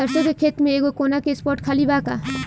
सरसों के खेत में एगो कोना के स्पॉट खाली बा का?